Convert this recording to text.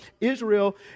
Israel